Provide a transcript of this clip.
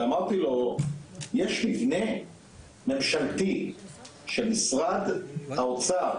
ואמרתי לו שיש מבנה ממשלתי של משרד האוצר,